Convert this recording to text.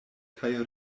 kaj